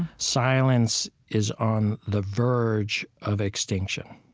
silence is on the verge of extinction.